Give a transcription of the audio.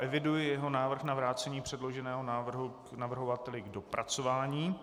Eviduji jeho návrh na vrácení předloženého návrhu navrhovateli k dopracování.